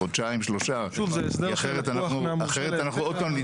חודשיים-שלושה כי אחרת אנחנו עוד פעם.